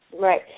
Right